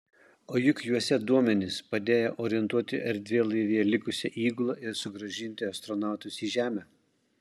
o juk juose duomenys padėję orientuoti erdvėlaivyje likusią įgulą ir sugrąžinti astronautus į žemę